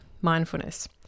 mindfulness